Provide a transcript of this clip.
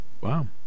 Wow